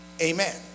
Amen